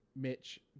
Mitch